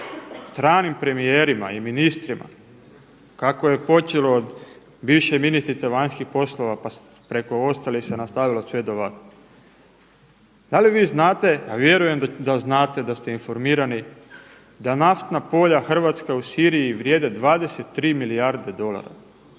stranim premijerima i ministrima kako je počelo od bivše ministrice vanjskih poslova, pa preko ostalih se nastavilo sve do vas. Da li vi znate, a vjerujem da znate, da ste informirani, da naftna polja u Siriji vrijede 23 milijarde dolara